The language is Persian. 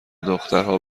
دخترها